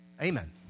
Amen